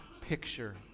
picture